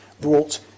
brought